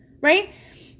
Right